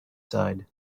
side